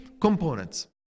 components